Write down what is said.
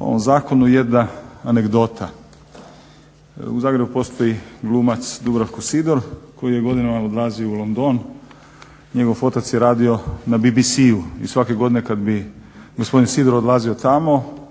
o ovom zakonu jedna anegdota. U Zagrebu postoji glumac Dubravko Sidor koji je godinama odlazio u London, njegov otac je radio na BBC-u i svake godine kad bi gospodin Sidor odlazio tamo